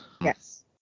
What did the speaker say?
Yes